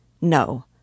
No